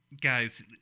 Guys